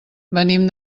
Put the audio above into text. venim